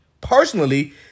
personally